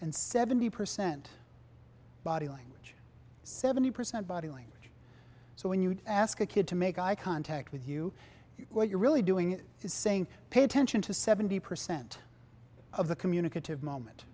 and seventy percent body language seventy percent body language so when you ask a kid to make eye contact with you what you're really doing is saying pay attention to seventy percent of the communicative moment